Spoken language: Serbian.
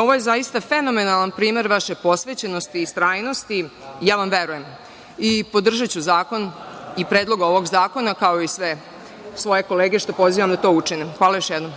Ovo je zaista fenomenalan primer vaše posvećenosti i istrajnosti i ja vam verujem. Podržaću zakon i Predlog ovog zakona, kao i sve svoje kolege, što pozivam da to učine. Hvala još jednom.